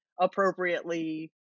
appropriately